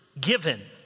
given